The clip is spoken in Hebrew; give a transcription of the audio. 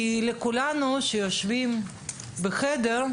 כל היושבים בחדר,